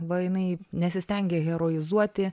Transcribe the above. va jinai nesistengė heroizuoti